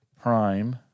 prime